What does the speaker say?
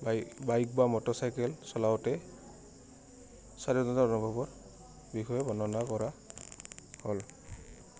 বাই bike বা motorcycle চলাওঁতে বিষয়ে বৰ্ণনা কৰা হ'ল